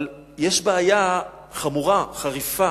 יש בעיה חמורה, חריפה,